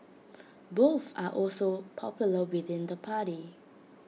both are also popular within the party